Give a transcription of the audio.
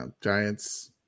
Giants